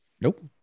Nope